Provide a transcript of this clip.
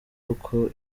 uko